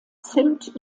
zimt